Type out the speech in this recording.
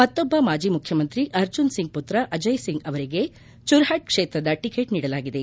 ಮತ್ತೊಬ್ಲ ಮಾಜಿ ಮುಖ್ಯಮಂತ್ರಿ ಅರ್ಜುನ್ ಸಿಂಗ್ ಮತ್ತ ಅಜಯ್ ಸಿಂಗ್ ಅವರಿಗೆ ಚುರ್ಹಚ್ ಕ್ಷೇತ್ರದ ಟಿಕೆಟ್ ನೀಡಲಾಗಿದೆ